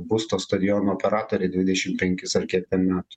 bus to stadiono operatorė dvidešim penkis ar kiek ten metų